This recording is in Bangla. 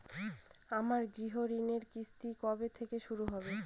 আমার গৃহঋণের কিস্তি কবে থেকে শুরু হবে?